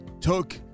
took